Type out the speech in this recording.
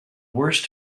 worst